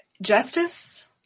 Justice